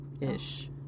Ish